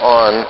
on